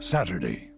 Saturday